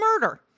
murder